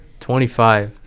25